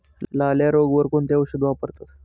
लाल्या रोगावर कोणते औषध वापरतात?